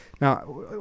Now